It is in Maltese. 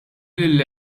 lill